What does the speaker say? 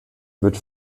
wird